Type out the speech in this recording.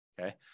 Okay